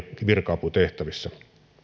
virka aputehtävissä